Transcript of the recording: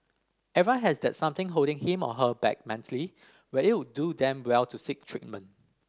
everyone has that something holding him or her back mentally where it would do them well to seek treatment